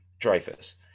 Dreyfus